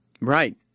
Right